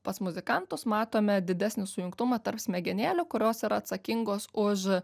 pas muzikantus matome didesnį sujungtumą tarp smegenėlių kurios yra atsakingos už